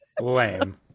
lame